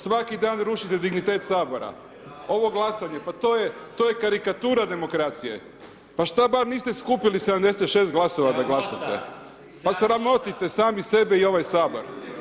Svaki dan rušite dignitet Sabora, ovo glasanje, pa to je, to je karikatura demokracije, pa šta bar niste skupili 76 glasova da glasate, pa sramotite sami sebe i ovaj Sabor.